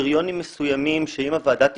לקריטריונים מסוימים שאם הוועדה תשכנע,